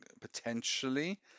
potentially